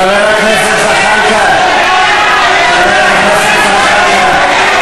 חבר הכנסת זחאלקה, חבר הכנסת זחאלקה,